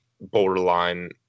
borderline